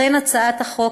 לכן, החוק